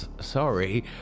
sorry